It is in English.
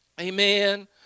Amen